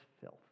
filth